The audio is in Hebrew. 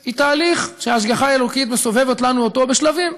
היא תהליך שההשגחה האלוקית מסובבת לנו אותו בשלבים.